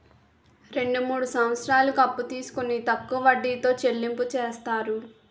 రెండు మూడు సంవత్సరాలకు అప్పు తీసుకొని తక్కువ వడ్డీతో చెల్లింపు చేస్తారు